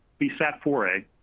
BSAT-4A